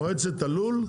מועצת הלול,